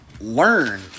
learn